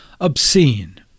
obscene